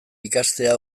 ikastea